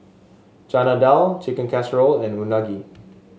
Chana Dal Chicken Casserole and Unagi